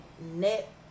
net